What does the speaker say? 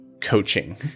coaching